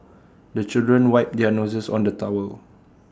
the children wipe their noses on the towel